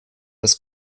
das